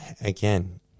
Again